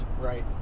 Right